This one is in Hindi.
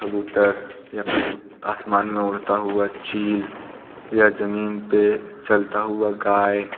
कबूतर या फिर आसमान में उड़ता हुआ चील या ज़मीन पर चलता हुआ गाय